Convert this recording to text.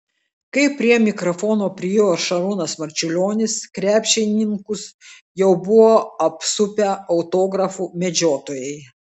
kai prie mikrofono priėjo šarūnas marčiulionis krepšininkus jau buvo apsupę autografų medžiotojai